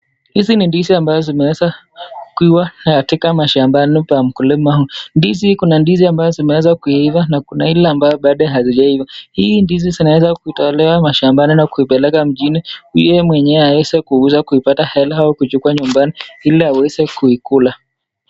Hizi ni ndizi ambazo zimeweza kuwa na katika mashambani kwa mkulima. Ndizi kuna ndizi ambazo zimeweza kuiva na kuna ile ambayo bado hazijaiva. Hii ndizi anaweza kutolewa mashambani na kuipeleka mjini. Yeye mwenyewe aweze kuuza kuipata hela au kuchukua nyumbani ili aweze kuikula.